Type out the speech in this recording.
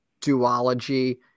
duology